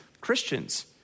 Christians